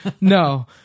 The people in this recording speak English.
no